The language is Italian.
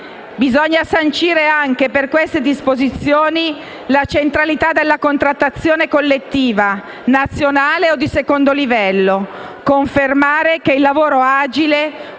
Bisogna sancire anche per queste disposizioni la centralità della contrattazione collettiva, nazionale o di secondo livello. Occorre confermare che il lavoro agile